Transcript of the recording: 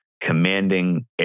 commanding